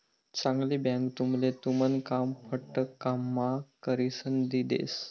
चांगली बँक तुमले तुमन काम फटकाम्हा करिसन दी देस